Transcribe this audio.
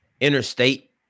interstate